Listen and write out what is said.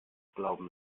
glauben